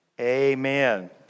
Amen